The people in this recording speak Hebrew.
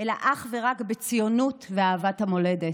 אלא אך ורק בציונות ואהבת המולדת.